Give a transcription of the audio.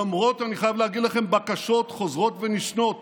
למרות, אני חייב להגיד לכם, בקשות חוזרות ונשנות